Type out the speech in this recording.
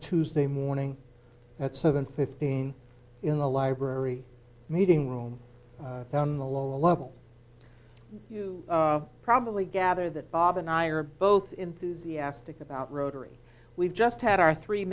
tuesday morning at seven fifteen in the library meeting room down in the lower level you probably gather that bob and i are both enthusiastic about rotary we've just had our three